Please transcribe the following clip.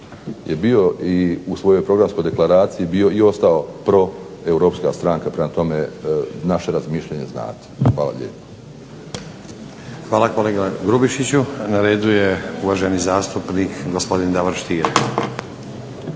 je bio i u svojoj programskoj deklaraciji bio i ostao pro europska stranka. Prema tome, naše razmišljanje znate. Hvala lijepo. **Stazić, Nenad (SDP)** Hvala kolega Grubišiću. Na redu je uvaženi zastupnik gospodin Davor Stier.